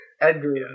Edgar